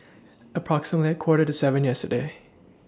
approximately Quarter to seven yesterday